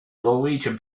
norwegian